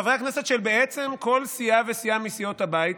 חברי הכנסת של בעצם כל סיעה וסיעה מסיעות הבית,